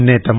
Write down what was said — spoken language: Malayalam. മുന്നേറ്റം